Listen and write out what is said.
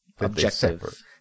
Objective